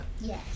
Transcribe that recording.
Yes